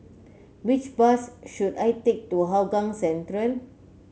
which bus should I take to Hougang Central